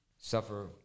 suffer